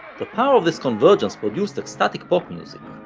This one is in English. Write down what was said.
the power of this convergence produced ecstatic pop music,